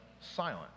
silent